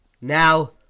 now